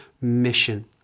mission